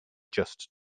just